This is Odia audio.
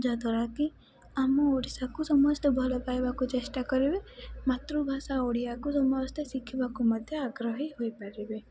ଯାହାଦ୍ୱାରା କି ଆମ ଓଡ଼ିଶାକୁ ସମସ୍ତେ ଭଲ ପାଇବାକୁ ଚେଷ୍ଟା କରିବେ ମାତୃଭାଷା ଓଡ଼ିଆକୁ ସମସ୍ତେ ଶିଖିବାକୁ ମଧ୍ୟ ଆଗ୍ରହୀ ହୋଇପାରିବେ